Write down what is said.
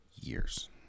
years